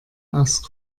aus